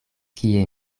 kie